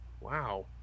Wow